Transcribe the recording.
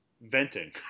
venting